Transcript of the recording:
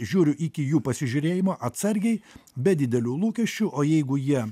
žiūriu iki jų pasižiūrėjimo atsargiai be didelių lūkesčių o jeigu jie